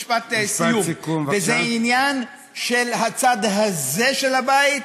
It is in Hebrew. משפט סיכום: זה עניין של הצד הזה של הבית,